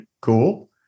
cool